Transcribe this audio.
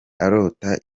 arota